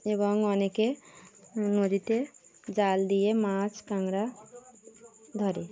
এবং অনেকে নদীতে জাল দিয়ে মাছ কাঁকড়া ধরে